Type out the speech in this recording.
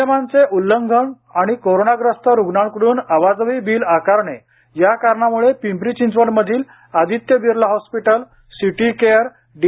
नियमांचे उल्लंघन आणि कोरोनाग्रस्त रुग्णांकड्रन अवाजवी बिल आकारणे या कारणामुळे पिंपरी चिंचवडमधील Aditya Birla hospital city care D